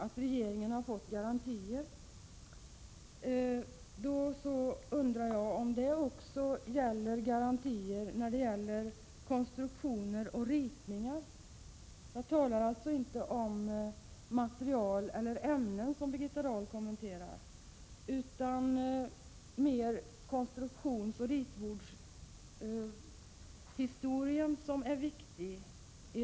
Om regeringen har fått sådana garantier, undrar jag om de också gäller konstruktioner och ritningar. Jag talar alltså inte om utrustning och ämnen, som Birgitta Dahl nämner, utan mer om konstruktioner och ritningar.